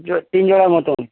জ তিন জোড়া মতন